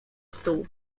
stół